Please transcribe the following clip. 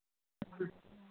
हाँ